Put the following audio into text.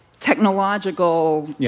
technological